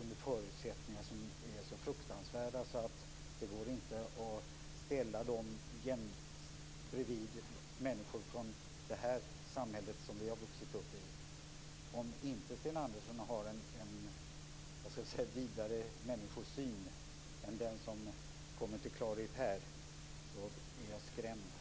under förutsättningar som är så fruktansvärda att det inte går att ställa dem bredvid människor från det samhälle som vi har vuxit upp i. Om Sten Andersson inte har en vidare människosyn än den som kommer till klarhet här så är jag skrämd.